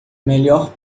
melhor